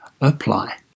apply